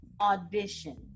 audition